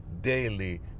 daily